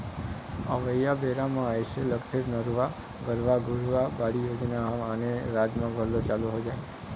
अवइया बेरा म अइसे लगथे नरूवा, गरूवा, घुरूवा, बाड़ी योजना ह आने राज म घलोक चालू हो जाही